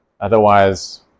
Otherwise